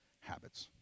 habits